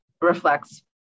reflects